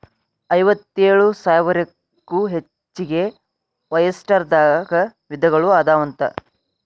ಐವತ್ತೇಳು ಸಾವಿರಕ್ಕೂ ಹೆಚಗಿ ಒಯಸ್ಟರ್ ದಾಗ ವಿಧಗಳು ಅದಾವಂತ